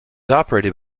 operated